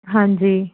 ਹਾਂਜੀ